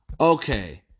Okay